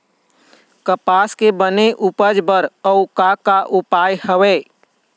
कपास के बने उपज बर अउ का का उपाय हवे?